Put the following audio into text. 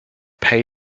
pay